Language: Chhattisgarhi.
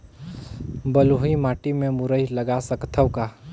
बलुही माटी मे मुरई लगा सकथव का?